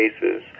cases